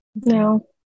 no